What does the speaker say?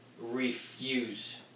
refuse